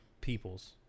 people's